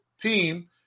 team